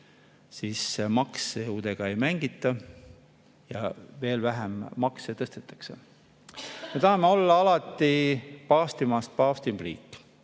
siis maksudega ei mängita ja veel vähem makse tõstetakse. Me tahame olla alati paavstist paavstim riik.